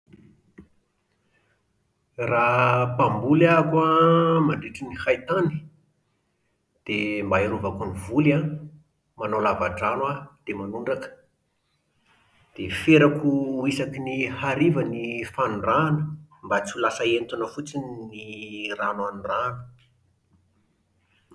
Raha mpamboly ah-ako an mandritra ny haintany, dia mba hiarovako ny voly an, manao lavadrano aho dia manondraka, dia ferako ho isaky ny hariva ny fanondrahana mba tsy ho lasa entona fotsiny ny rano anondrahana